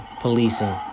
policing